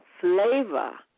flavor